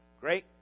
great